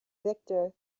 viktor